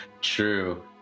True